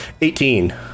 Eighteen